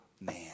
man